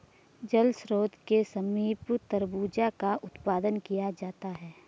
जल स्रोत के समीप तरबूजा का उत्पादन किया जाता है